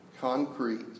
concrete